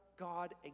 God